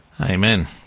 Amen